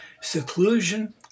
Seclusion